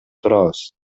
турабыз